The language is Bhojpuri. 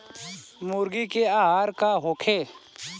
मुर्गी के आहार का होखे?